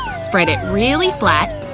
spread it really flat